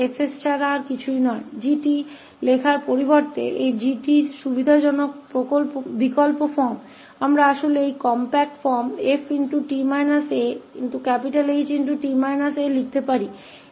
वैकल्पिक रूप जो इस तरह से 𝑔𝑡 लिखने के बजाय इस 𝑔𝑡 को लिखने के लिए सुविधाजनक है हम वास्तव में इस कॉम्पैक्ट फॉर्म 𝑓𝑡 − 𝑎𝐻𝑡 − 𝑎 में लिख सकते हैं